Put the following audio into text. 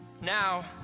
Now